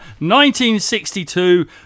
1962